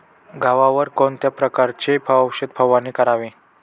गव्हावर कोणत्या प्रकारची औषध फवारणी करावी?